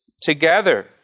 together